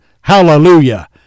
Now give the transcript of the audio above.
hallelujah